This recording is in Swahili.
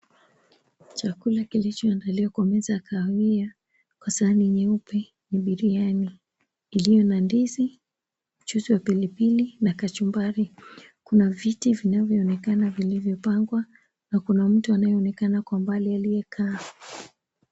Chakula kilichoandaliwa kwa meza ya kahawia kwa sahani nyeupe ya biriani iliyo na ndizi, mchuzi wa pilipili na kachumbari. Kuna viti vinavyoonekana vilivyopangwa na kuna mtu anayeonekana kwa umbali aliyekaa.